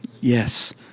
Yes